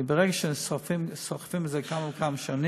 כי ברגע שסוחבים את זה כמה שנים